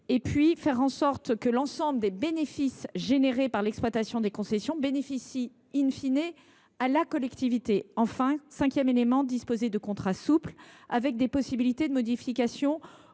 faire en sorte que l’ensemble des bénéfices résultant de l’exploitation des concessions bénéficient à la collectivité. Cinquièmement, disposer de contrats souples avec des possibilités de modifications